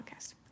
podcast